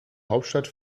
hauptstadt